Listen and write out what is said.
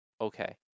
Okay